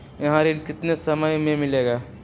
यह ऋण कितने समय मे मिलेगा?